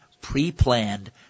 pre-planned